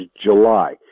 July